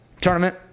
tournament